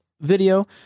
video